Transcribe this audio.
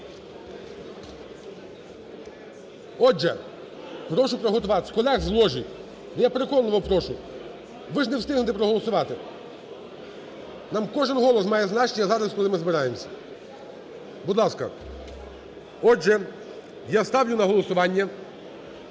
Отже, прошу приготуватись колег з ложі. Я переконливо прошу, ви ж не встигнете проголосувати. Нам кожен голос має значення зараз, коли ми збираємося. Будь ласка. Отже, я ставлю на голосування…